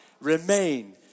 remain